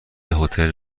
هتل